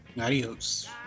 adios